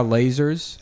lasers